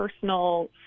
personal